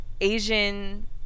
Asian